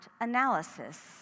analysis